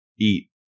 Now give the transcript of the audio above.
eat